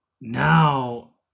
now